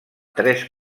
tres